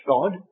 God